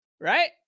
right